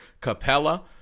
Capella